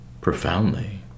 Profoundly